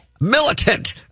militant